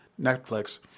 netflix